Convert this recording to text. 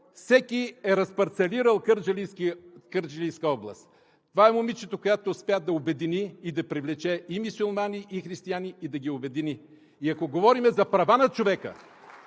всеки е разпарцалирал Кърджалийска област. Това е момичето, което успя да обедини и да привлече и мюсюлмани, и християни, и да ги обедини. (Ръкопляскания от ГЕРБ.) И ако говорим за права на човека,